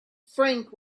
frank